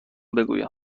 بگویم